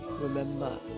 Remember